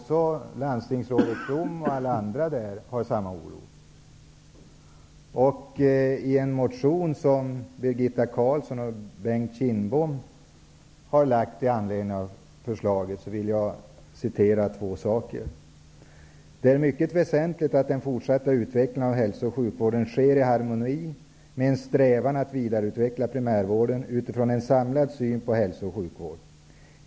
Så landstingsrådet Blom och många andra hyser oro. Jag vill återge ett par meningar ur en motion som Det är mycket väsentligt att den fortsatta utvecklingen av hälso och sjukvården sker i harmoni med en strävan att vidareutveckla primärvården utifrån en samlad syn på hälso och sjukvård.